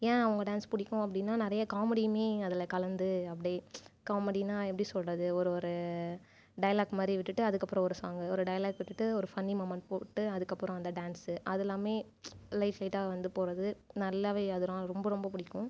ஏன் அவங்க டான்ஸ் பிடிக்கும் அப்படின்னா நிறைய காமெடியுமே அதில் கலந்து அப்படியே காமெடினா எப்படி சொல்கிறது ஒரு ஒரு டைலாக் மாதிரி விட்டுட்டு அதுக்கு அப்புறம் சாங் ஒரு டைலாக் விட்டுட்டு ஒரு ஃபன்னி மூமென்ட் போட்டுட்டு அதுக்கு அப்புறம் அந்த டான்ஸ் அது எல்லாமே லைஃப் இதா வந்து போகிறது நல்லாவே அதெல்லாம் ரொம்ப ரொம்ப பிடிக்கும்